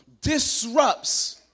disrupts